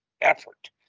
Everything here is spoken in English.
effort